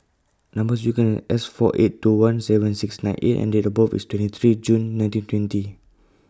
Number sequence IS S four eight two one seven six nine A and Date of birth IS twenty three June nineteen twenty